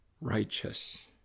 righteous